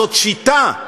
זאת שיטה.